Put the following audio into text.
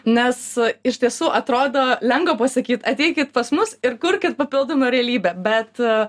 nes iš tiesų atrodo lengva pasakyt ateikit pas mus ir kurkit papildomą realybę bet